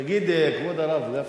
תגיד, כבוד הרב גפני,